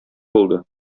булды